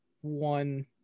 one